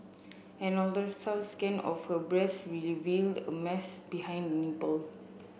an ultrasound scan of her breast reveal a mass behind nipple